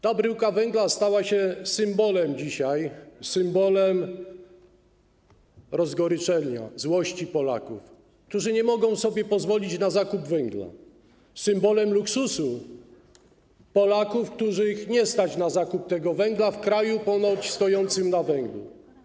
Ta bryłka węgla stała się symbolem dzisiaj - symbolem rozgoryczenia, złości Polaków, którzy nie mogą sobie pozwolić na zakup węgla, symbolem luksusu dla Polaków, których nie stać na zakup tego węgla w kraju ponoć stojącym na węglu.